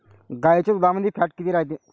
गाईच्या दुधामंदी फॅट किती रायते?